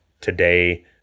today